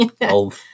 Old